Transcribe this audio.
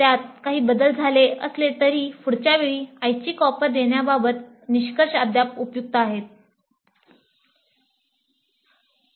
त्यात काही बदल झाले असले तरीही पुढच्या वेळी ऐच्छिक ऑफर देण्याबाबतचे निष्कर्ष अद्याप उपयुक्त होईल